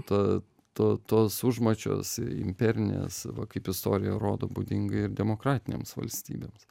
ta to tos užmačios imperinės va kaip istorija rodo būdinga ir demokratinėms valstybėms